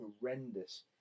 horrendous